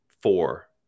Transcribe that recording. four